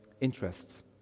interests